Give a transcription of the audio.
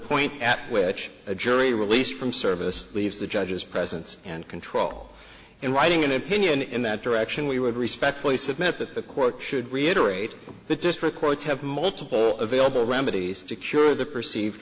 point at which a jury released from service leaves the judge's presence and control and writing an opinion in that direction we would respectfully submit that the court should reiterate the district courts have multiple available remedies to cure the perceived